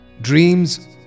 Dreams